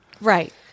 right